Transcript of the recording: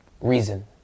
reason